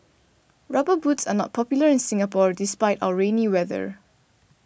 rubber boots are not popular in Singapore despite our rainy weather